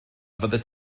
fyddet